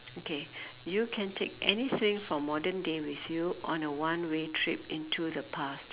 okay you can take anything from modern day with you on a one way trip into the past